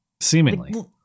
seemingly